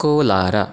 Kolar